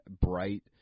bright